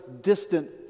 distant